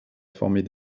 former